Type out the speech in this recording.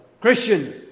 Christian